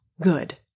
good